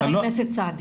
חבר הכנסת סעדי.